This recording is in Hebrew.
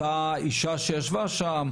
אותה אישה שישבה שם,